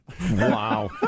Wow